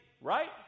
right